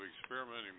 experimenting